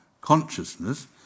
consciousness